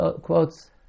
quotes